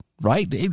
Right